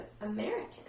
American